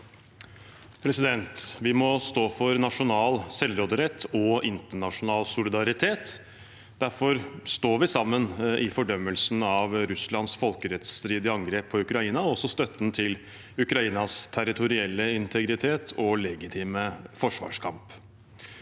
Vi må stå for nasjo- nal selvråderett og internasjonal solidaritet. Derfor står vi sammen i fordømmelsen av Russlands folkerettsstridige angrep på Ukraina og også i støtten til Ukrainas territorielle integritet og legitime forsvarskamp.